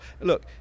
Look